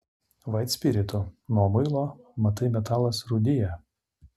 vaitspiritu nuo muilo matai metalas rūdija